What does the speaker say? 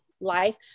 life